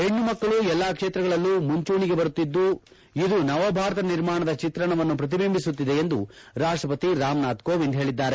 ಹೆಣ್ಣು ಮಕ್ಕಳು ಎಲ್ಲ ಕ್ಷೇತ್ರಗಳಲ್ಲೂ ಮುಂಚೂಣಿಗೆ ಬರುತ್ತಿದ್ದು ಇದು ನವಭಾರತ ನಿರ್ಮಾಣದ ಚಿತ್ರಣವನ್ನು ಪ್ರತಿಬಿಂಬಿಸುತ್ತಿದೆ ಎಂದು ರಾಷ್ಟಪತಿ ರಾಮನಾಥ್ ಕೋವಿಂದ್ ಹೇಳಿದ್ದಾರೆ